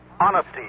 Honesty